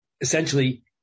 essentially